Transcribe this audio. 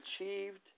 achieved